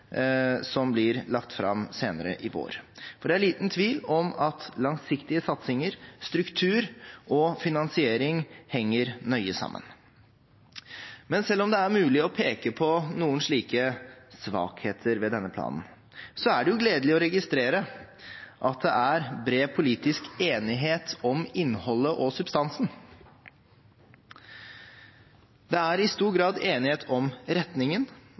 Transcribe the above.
som blir lagt fram senere i vår. For det er liten tvil om at langsiktige satsinger, struktur og finansiering henger nøye sammen. Selv om det er mulig å peke på noen slike svakheter ved denne planen, er det gledelig å registrere at det er bred politisk enighet om innholdet og substansen. Det er i stor grad enighet om retningen